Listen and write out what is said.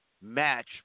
match